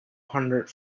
hundred